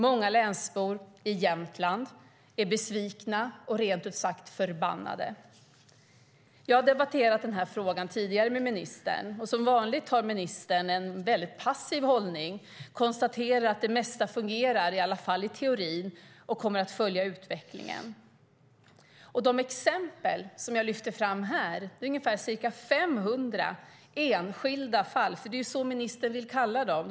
Många länsbor i Jämtland är besvikna och rent ut sagt förbannade. Jag har debatterat den här frågan tidigare med ministern. Som vanligt har ministern en väldigt passiv hållning. Hon konstaterar att det mesta fungerar, i alla fall i teorin, och kommer att följa utvecklingen. De exempel som jag lyfte fram här var ca 500 enskilda fall, för det är ju så ministern vill kalla dem.